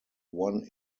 one